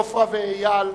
עפרה ואייל,